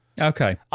Okay